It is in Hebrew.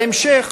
בהמשך